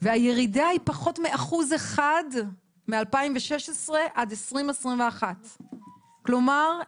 והירידה היא בפחות מ-1% מ-2016 עד 2021. כלומר,